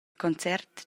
concert